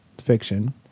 fiction